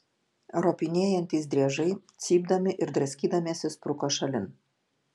ropinėjantys driežai cypdami ir draskydamiesi spruko šalin